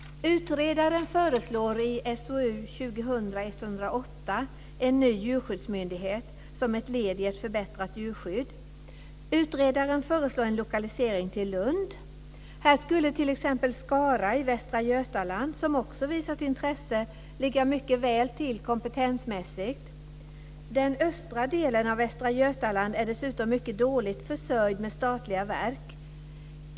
Utredaren föreslår i SOU 2000:108 en ny djurskyddsmyndighet som ett led i ett förbättrat djurskydd. Utredaren föreslår en lokalisering till Lund. Här skulle t.ex. Skara i Västra Götaland, som också visat intresse, ligga mycket väl till kompetensmässigt. Den östra delen av Västra Götaland är dessutom mycket dåligt försörjd med statliga verk.